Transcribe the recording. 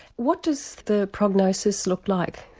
what does the prognosis look like?